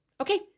Okay